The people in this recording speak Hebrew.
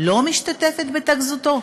לא משתתפת בתחזוקו.